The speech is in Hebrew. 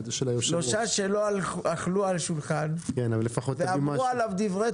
שלושה שאכלו על שולחן ואמרו עליו דברי